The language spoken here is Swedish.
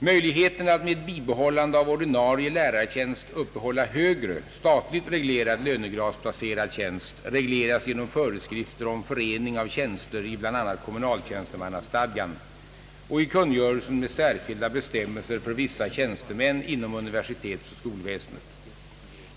Möjligheterna att med bibehållande av ordinarie lärartjänst uppehålla högre, statligt reglerad lönegradsplacerad tjänst regleras genom föreskrifter om förening av tjänster i bl.a. kommunaltjänstemannastadgan och i kungörelsen med särskilda bestämmelser för vissa tjänstemän inom universitetsoch skolväsendet .